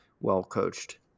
well-coached